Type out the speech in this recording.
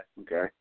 Okay